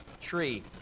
tree